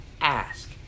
ask